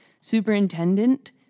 superintendent